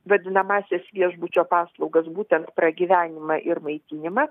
vadinamąsias viešbučio paslaugas būtent pragyvenimą ir maitinimą